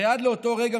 הרי עד לאותו רגע,